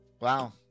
Wow